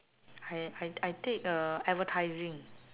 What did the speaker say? I I I take uh advertising